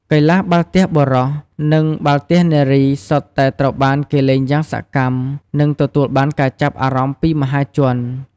កីឡា បាល់ទះបុរស និងបាល់ទះនារី សុទ្ធតែត្រូវបានគេលេងយ៉ាងសកម្ម និងទទួលបានការចាប់អារម្មណ៍ពីមហាជន។